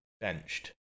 benched